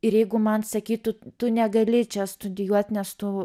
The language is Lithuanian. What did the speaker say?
ir jeigu man sakytų tu negali čia studijuot nes tu